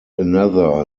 another